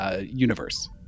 universe